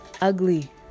ugly